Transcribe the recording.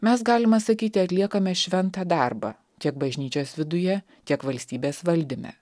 mes galima sakyti atliekame šventą darbą tiek bažnyčios viduje tiek valstybės valdyme